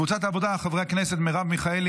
קבוצת סיעת העבודה: חברי הכנסת מרב מיכאלי,